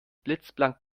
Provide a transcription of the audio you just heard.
blitzblank